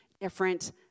different